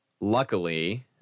Luckily